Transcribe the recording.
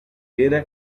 era